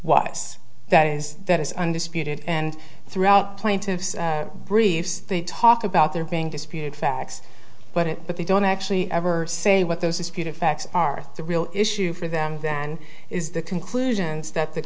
was that is that is undisputed and throughout plaintiff's briefs they talk about there being disputed facts but it but they don't actually ever say what those disputed facts are the real issue for them then is the conclusions that the